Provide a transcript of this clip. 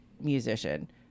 musician